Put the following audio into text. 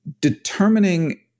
determining